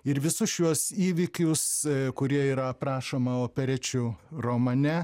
ir visus šiuos įvykius kurie yra aprašoma operečių romane